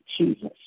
Jesus